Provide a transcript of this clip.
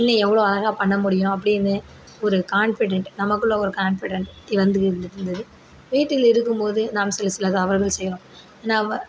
இன்னும் எவ்வளோ அழகாக பண்ண முடியும் அப்படின்னு ஒரு கான்ஃபிடண்ட் நமக்குள்ளே ஒரு கான்ஃபிடண்ட் வந்து இருந்துட்டு இருந்தது வீட்டில் இருக்கும்போது நாம் சில சில தவறுகள் செய்கிறோம் ஏன்னால்